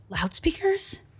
Loudspeakers